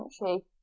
country